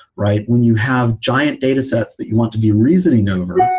right? when you have giant datasets that you want to do reasoning over,